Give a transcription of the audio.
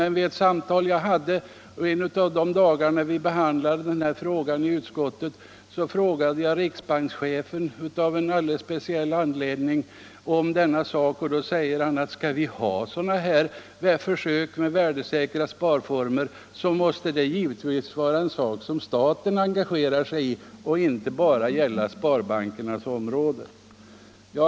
När vi behandlade denna fråga i utskottet, frågade jag — av en alldeles speciell anledning — riksbankschefen om denna sak. Han sade då att skall vi ha försök med värdesäkra sparformer så måste det givetvis vara en sak som staten engagerar sig i; det får inte bara gälla sparbankernas område. Herr talman!